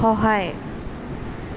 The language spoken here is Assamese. সহায়